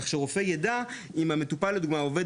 כך שרופא ידע אם מטופל הוא עובד